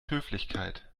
höflichkeit